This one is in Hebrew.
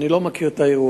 אני לא מכיר את האירוע.